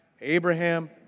Abraham